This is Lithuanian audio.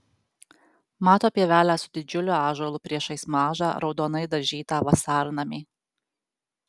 mato pievelę su didžiuliu ąžuolu priešais mažą raudonai dažytą vasarnamį